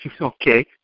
Okay